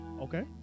Okay